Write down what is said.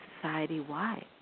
society-wide